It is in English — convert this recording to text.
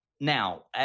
now